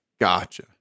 gotcha